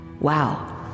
Wow